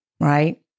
Right